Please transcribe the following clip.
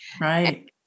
Right